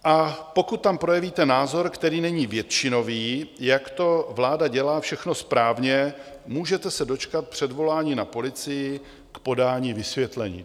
A pokud tam projevíte názor, který není většinový, jak to vláda dělá všechno správně, můžete se dočkat předvolání na policii k podání vysvětlení.